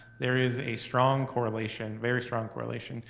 there is a strong correlation, very strong correlation,